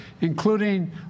including